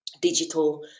Digital